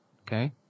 okay